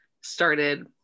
started